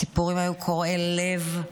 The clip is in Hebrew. הסיפורים היו קורעי לב,